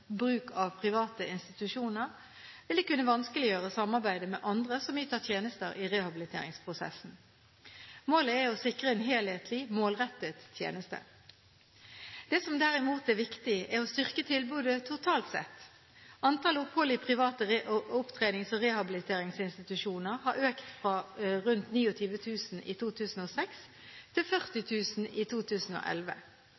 bruk av private institusjoner, vil det kunne vanskeliggjøre samarbeidet med andre som yter tjenester i rehabiliteringsprosessen. Målet er å sikre en helhetlig, målrettet tjeneste. Det som derimot er viktig, er å styrke tilbudet totalt sett. Antall opphold i private opptrenings- og rehabiliteringsinstitusjoner har økt fra rundt 29 000 i 2006 til